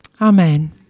amen